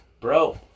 Bro